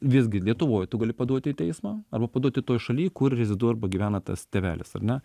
visgi lietuvoj tu gali paduoti į teismą arba paduoti toj šaly kur reziduoja arba gyvena tas tėvelis ar ne